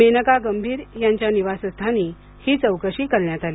मेनका गंभीर यांच्या निवासस्थानी हि चौकशी करण्यात आली